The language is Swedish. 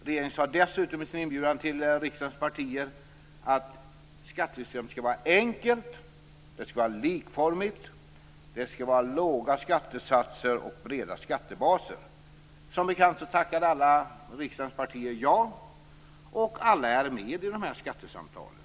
Regeringen sade dessutom i sin inbjudan till riksdagens partier att skattesystemet skall vara enkelt och likformigt. Det skall också vara låga skattesatser och breda skattebaser. Som bekant tackade alla riksdagspartier ja. Alla är nu med i de här skattesamtalen.